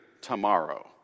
tomorrow